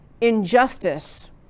injustice